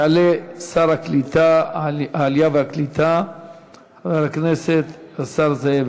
יעלה שר העלייה והקליטה חבר הכנסת השר זאב